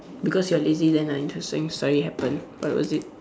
because you are lazy then a interesting story happen what was it